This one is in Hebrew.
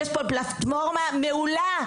יש פה פלטפורמה מעולה,